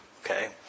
Okay